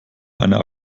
einer